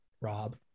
Rob